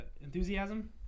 Enthusiasm